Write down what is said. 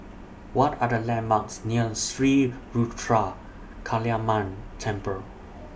What Are The landmarks near Sri Ruthra Kaliamman Temple